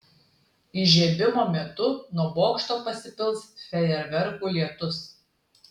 įžiebimo metu nuo bokšto pasipils fejerverkų lietus